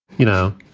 you know,